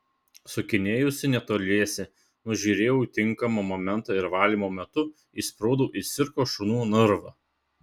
sukinėjausi netoliese nužiūrėjau tinkamą momentą ir valymo metu įsprūdau į cirko šunų narvą